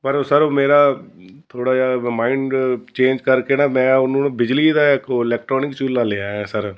ਪਰ ਉਹ ਸਰ ਉਹ ਮੇਰਾ ਥੋੜ੍ਹਾ ਜਿਹਾ ਮਾਇੰਡ ਚੇਂਜ ਕਰਕੇ ਨਾ ਮੈਂ ਉਹਨੂੰ ਬਿਜਲੀ ਦਾ ਇੱਕ ਉਹ ਇਲੈਕਟਰੋਨਿਕ ਚੁੱਲ੍ਹਾ ਲਿਆ ਆ ਸਰ